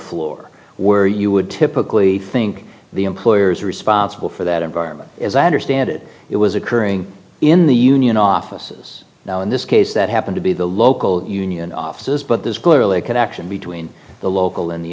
floor where you would typically think the employer is responsible for that environment as i understand it it was occurring in the union offices now in this case that happen to be the local union offices but there's clearly a connection between the local in the